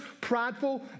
prideful